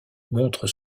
montrent